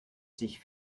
sich